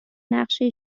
نقشه